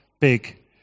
big